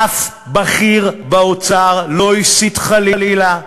אף בכיר באוצר לא הסית, חלילה,